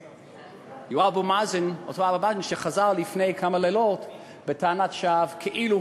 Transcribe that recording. ואותו אבו מאזן חזר לפני כמה לילות בטענת שווא כאילו